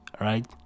right